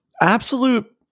absolute